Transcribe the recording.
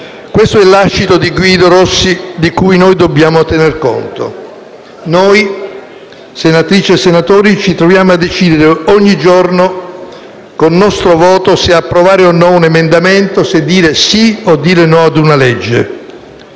Questo è il lascito di Guido Rossi di cui noi dobbiamo tener conto. Noi, senatrici e senatori, ci troviamo a decidere ogni giorno, con il nostro voto, se approvare o no un emendamento, se dire sì o no a una legge.